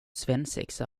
svensexa